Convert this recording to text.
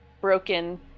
broken